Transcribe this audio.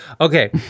Okay